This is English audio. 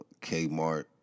Kmart